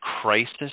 crisis